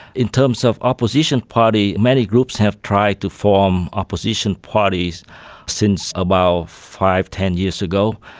in terms of opposition parties, many groups have tried to form opposition parties since about five, ten years ago,